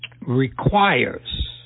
requires